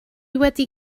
wedi